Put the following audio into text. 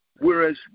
Whereas